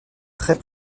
très